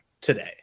today